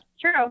True